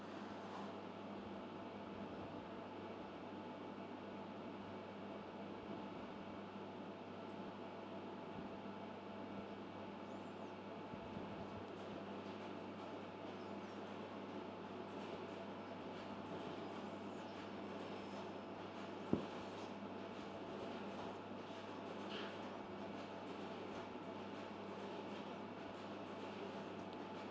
mm